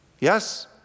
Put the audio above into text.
Yes